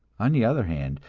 on the other hand,